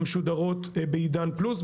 המשודרות בעידן פלוס.